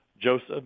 Joseph